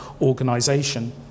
organisation